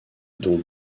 dont